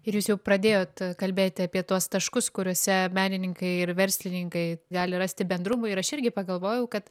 ir jūs jau pradėjot kalbėti apie tuos taškus kuriuose menininkai ir verslininkai gali rasti bendrumų ir aš irgi pagalvojau kad